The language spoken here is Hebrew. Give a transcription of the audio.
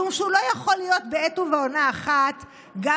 משום שהוא לא יכול להיות בעת ובעונה אחת גם